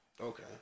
Okay